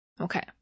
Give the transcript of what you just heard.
Okay